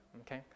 Okay